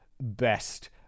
best